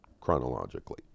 chronologically